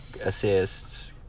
assists